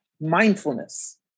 mindfulness